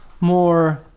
more